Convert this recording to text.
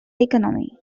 economy